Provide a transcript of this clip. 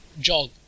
jog